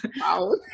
Wow